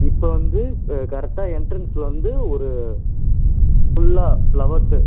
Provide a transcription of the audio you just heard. இப்போ வந்து கரெக்டாக எண்ட்ரன்ஸ்ல வந்து ஒரு ஃபுல்லா ஃப்ளவர்ஸு